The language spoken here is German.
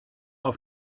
auf